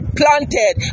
planted